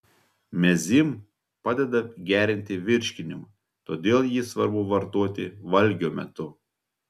mezym padeda gerinti virškinimą todėl jį svarbu vartoti valgio metu